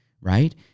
right